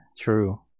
True